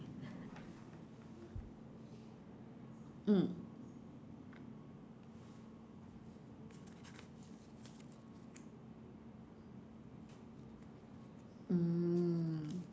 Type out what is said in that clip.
mm mm